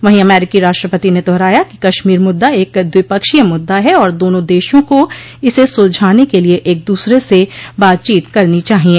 वहीं अमेरिकी राष्ट्रपति ने दोहराया कि कश्मीर मुद्दा एक द्विपक्षीय मुद्दा है और दोनों देशों को इसे सुलझाने के लिये एक दूसरे से बातचीत करनी चाहिये